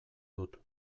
dut